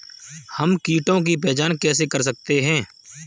हम कीटों की पहचान कैसे कर सकते हैं?